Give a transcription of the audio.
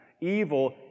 Evil